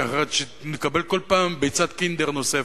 כי אחרת כל פעם נקבל "ביצת קינדר" נוספת,